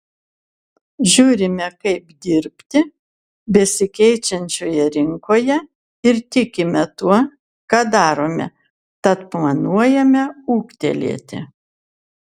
žiūrime kaip dirbti besikeičiančioje rinkoje ir tikime tuo ką darome tad planuojame ūgtelėti